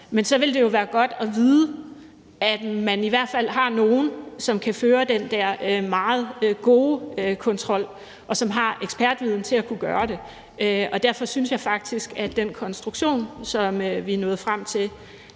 Men så vil det jo være godt at vide, at man i hvert fald har nogle, som kan føre den der meget gode kontrol, og som har ekspertviden til at kunne gøre det. Derfor synes jeg faktisk, at den konstruktion, som vi er nået frem til,